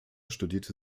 studierte